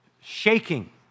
shaking